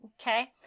Okay